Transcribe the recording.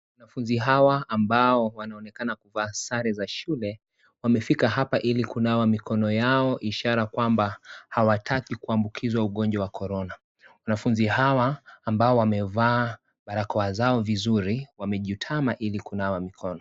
Wanafunzi hawa ambao wanaonekana kuvaa sare za shule, wamefika hapa ili kunawa mikono yao ishara kwamba hawataki kuambukizwa ugonjwa wa Corona .Wanafunzi hawa ambao wamevaa barakoa zao vizuri, wamejutama ili kunawa mikono.